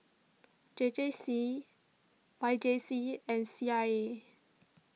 J J C Y J C and C R A